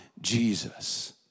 Jesus